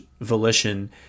volition